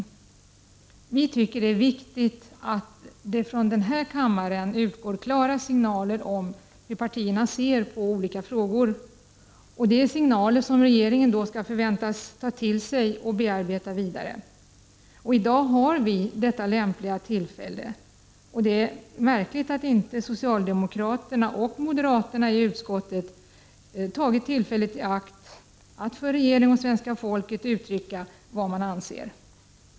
Vi i folkpartiet tycker att det är viktigt att det från denna kammare utgår klara signaler om hur partierna ser på olika frågor. Det är signaler som regeringen förväntas ta till sig och bearbeta vidare. I dag har vi detta lämpliga tillfälle, och det är märkligt att inte socialdemokraterna och moderaterna i utskottet tagit tillfället i akt att för regeringen och svenska folket uttrycka vad de anser.